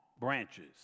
branches